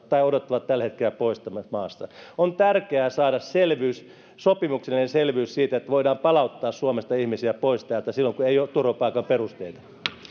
tai odottaa tällä hetkellä poistamista maasta on tärkeää saada selvyys sopimuksellinen selvyys siitä että voidaan palauttaa suomesta ihmisiä pois silloin kun ei ole turvapaikan perusteita